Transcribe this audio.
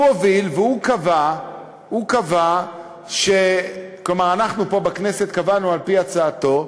הוא הוביל, ואנחנו פה בכנסת קבענו על-פי הצעתו,